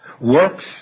...works